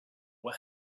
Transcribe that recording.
were